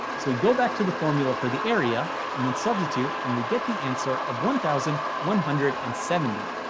so we go back to the formula for the area and then substitute, and we get the answer of one thousand one hundred and seventy.